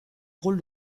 rôle